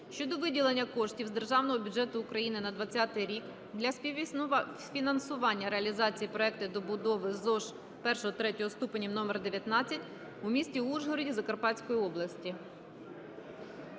щодо виділення коштів з Державного бюджету України на 20-й рік для співфінансування реалізації проекту добудови ЗОШ І-ІІІ ступенів № 19 в місті Ужгороді Закарпатської області.